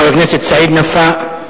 חבר הכנסת סעיד נפאע.